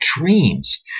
dreams